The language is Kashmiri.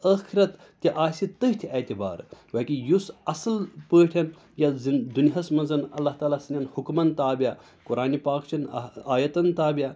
ٲخرَت تہِ آسہِ تٔتھۍ اعتبارٕ گویا کہِ یُس اصٕل پٲٹھۍ یَتھ دُنیاہَس مَنٛز اللہ تعالیٰ سٕنٛدیٚن حُکمَن تابع قۅرانِ پاک چیٚن آیَتَن تابع